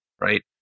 Right